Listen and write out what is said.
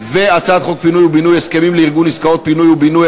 והצעת חוק פינוי ובינוי (הסכמים לארגון עסקאות פינוי ובינוי),